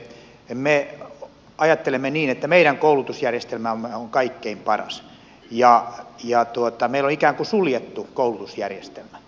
me ajattelemme niin että meidän koulutusjärjestelmämme on kaikkein paras ja meillä on ikään kuin suljettu koulutusjärjestelmä